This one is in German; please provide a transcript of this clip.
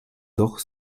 doch